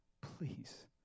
please